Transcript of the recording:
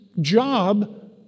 job